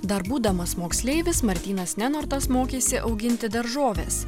dar būdamas moksleivis martynas nenortas mokėsi auginti daržoves